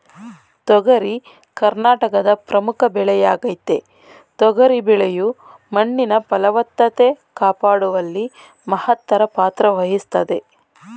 ತೊಗರಿ ಕರ್ನಾಟಕದ ಪ್ರಮುಖ ಬೆಳೆಯಾಗಯ್ತೆ ತೊಗರಿ ಬೆಳೆಯು ಮಣ್ಣಿನ ಫಲವತ್ತತೆ ಕಾಪಾಡುವಲ್ಲಿ ಮಹತ್ತರ ಪಾತ್ರವಹಿಸ್ತದೆ